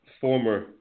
former